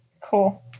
Cool